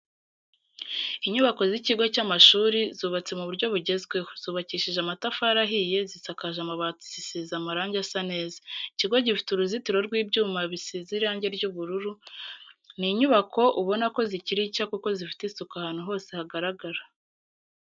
Inyubako z'ikigo cy'amashuri zubatse mu buryo bugezweho, zubakishije amatafari ahiye zisakaje amabati zisize amarange asa neza, ikigo gifite uruzitiro rw'ibyuma bisize irangi ry'ubururu. Ni inyubako ubona ko zikiri nshya kuko zifite isuku ahantu hose hagaragara.